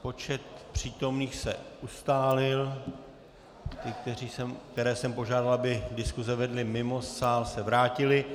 Počet přítomných se ustálil, ti, které jsem požádal, aby diskuze vedli mimo sál, se vrátili.